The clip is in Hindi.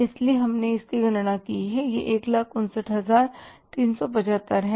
इसलिए हमने इसकी गणना की है यह 159375 है